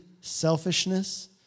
selfishness